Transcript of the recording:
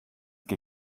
que